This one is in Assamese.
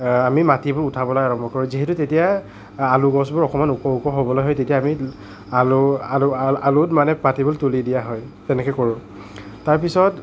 আমি মাটিবোৰ উঠাবলৈ আৰম্ভ কৰোঁ যিহেতু তেতিয়া আলু গছবোৰ অকণমান ওখ ওখ হ'বলৈ হয় তেতিয়া আমি আলু আলুত আলুত মানে পাতিবোৰ তুলি দিয়া হয় তেনেকেৈ কৰোঁ তাৰ পিছত